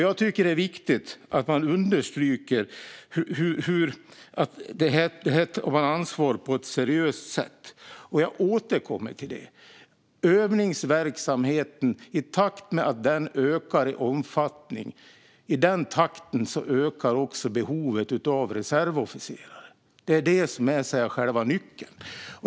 Jag tycker att det är viktigt att understryka att man här tar ansvar på ett seriöst sätt, och jag återkommer till följande: I samma takt som övningsverksamheten ökar i omfattning ökar också behovet av reservofficerare. Det är det som är själva nyckeln.